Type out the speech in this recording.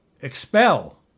expel